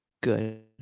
good